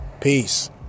peace